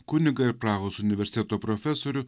kunigą ir prahos universiteto profesorių